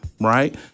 right